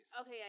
Okay